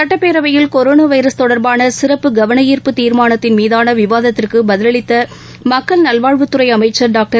சட்டப்பேரவையில் corona virus தொடர்பான சிறப்பு கவனார்ப்பு தீர்மானத்தின் மீதான விவாதத்திற்கு பதிலளித்த மக்கள் நல்வாழ்வுத்துறை அமைச்சர் டாக்டர்